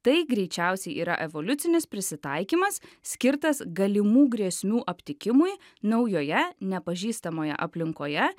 tai greičiausiai yra evoliucinis prisitaikymas skirtas galimų grėsmių aptikimui naujoje nepažįstamoje aplinkoje